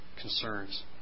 concerns